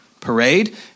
parade